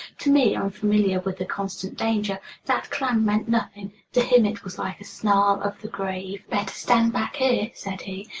to me, unfamiliar with the constant danger, that clang meant nothing to him it was like a snarl of the grave. better stand back here, said he,